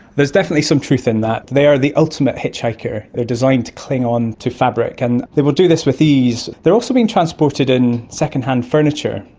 there's definitely some truth in that. they are the ultimate hitchhiker, they are designed to cling onto fabric, and they will do this with ease. they are also being transported in secondhand furniture.